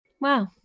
Wow